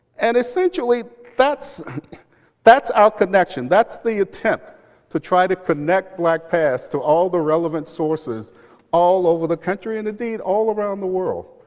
and essentially that's that's our connection. that's the attempt to try to connect blackpast to all the relevant sources all over the country, and indeed all around the world.